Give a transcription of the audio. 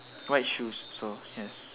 white shoes so yes